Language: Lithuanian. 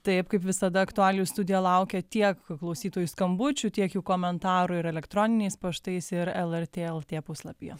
taip kaip visada aktualijų studija laukia tiek klausytojų skambučių tiek jų komentarų ir elektroniniais paštais ir lrt lt puslapyje